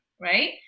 Right